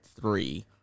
three